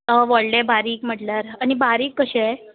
व्हडले बारीक म्हटल्यार आनी बारीक कशे